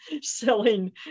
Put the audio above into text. selling